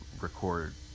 record